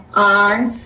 aye.